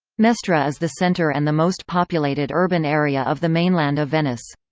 mestre is the center and the most populated urban area of the mainland of venice.